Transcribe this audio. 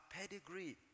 pedigree